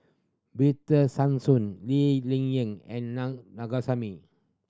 Victor Sassoon Lee Ling Yen and Nan